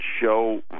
show